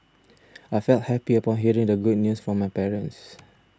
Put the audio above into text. I felt happy upon hearing the good news from my parents